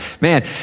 Man